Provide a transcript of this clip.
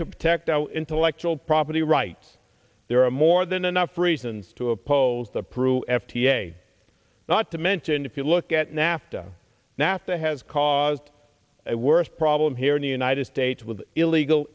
to protect intellectual property rights there are more than enough reasons to oppose the pru s t a not to mention if you look at nafta nafta has caused a worse problem here in the united states with illegal